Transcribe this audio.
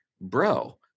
bro